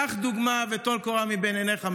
קח דוגמה וטול קורה מבין עיניך,